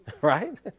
Right